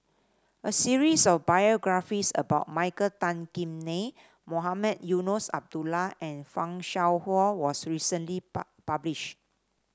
a series of biographies about Michael Tan Kim Nei Mohamed Eunos Abdullah and Fan Shao Hua was recently published